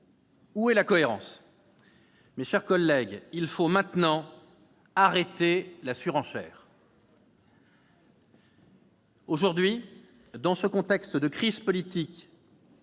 Où est la cohérence ? Mes chers collègues, il faut maintenant cesser la surenchère. Dans ce contexte de crise politique